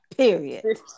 Period